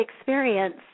experience